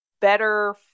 better